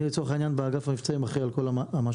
אני לצורך העניין באגף המבצעים אחראי על כל המש"קים,